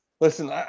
Listen